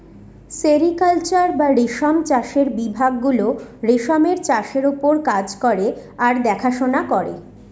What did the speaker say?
sericulture বা রেশম চাষের বিভাগ গুলো রেশমের চাষের ওপর কাজ করে আর দেখাশোনা করে